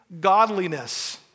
godliness